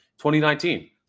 2019